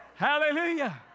Hallelujah